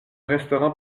restaurant